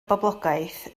boblogaeth